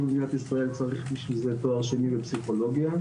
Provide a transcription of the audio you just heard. במדינת ישראל צריך תואר שני בפסיכולוגיה.